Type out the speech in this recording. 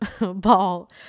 ball